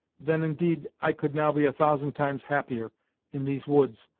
then, indeed, i could now be a thousand times happier in these woods,